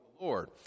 Lord